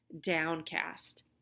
Downcast